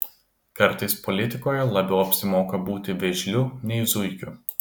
kartais politikoje labiau apsimoka būti vėžliu nei zuikiu